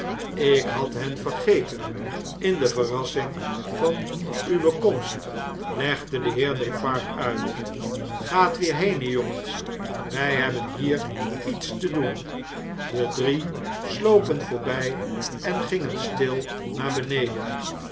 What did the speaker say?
ik had hen vergeten in de verrassing van uwe komst legde de heer defarge uit gaat weer henen jongens wij hebben hier iets te doen de drie slopen voorbij en gingen stil naar beneden